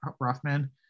Rothman